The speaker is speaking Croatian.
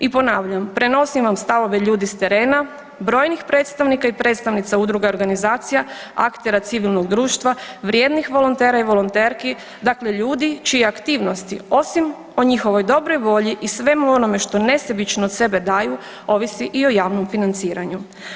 I ponavljam, prenosim vam stavove ljudi s terena, brojnih predstavnika i predstavnica udruga i organizacija, aktera civilnog društva, vrijednih volontera i volonterki dakle ljudi čije aktivnosti osim o njihovoj dobroj volji i svemu onome što nesebično od sebe daju ovisi i o javnom financiranju.